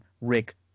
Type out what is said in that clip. Rick